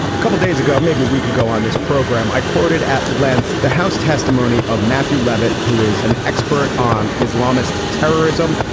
couple days ago, maybe a week ago on this program, i quoted at length the house testimony of matthew levitt, who is an expert on islamist terrorism.